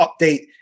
update